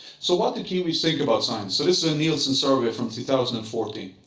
so what do kiwis think about science. so this is a nielsen survey from two thousand and fourteen.